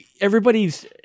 everybody's